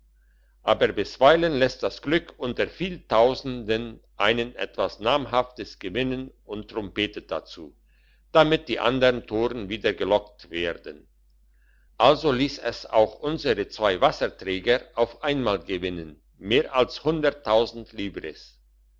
aber bisweilen lässt das glück unter viel tausenden einen etwas namhaftes gewinnen und trompetet dazu damit die andern toren wieder gelockt werden also liess es auch unsere zwei wasserträger auf einmal gewinnen mehr als livres